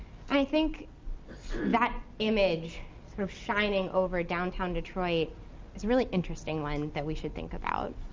i think that image sort of shining over downtown detroit is a really interesting one that we should think about.